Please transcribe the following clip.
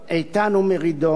איתן ומרידור,